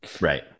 Right